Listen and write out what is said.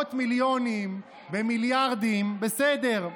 במאות מיליונים, במיליארדים, בסדר.